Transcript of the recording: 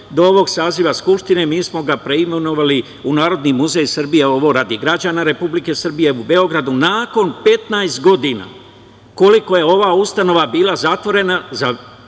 do ovog saziva Skupštine. Mi smo ga preimenovali u Narodni muzej Srbije, ovo radi građana Republike Srbije, u Beogradu, nakon 15 godina, koliko je ova ustanova bila zatvorena za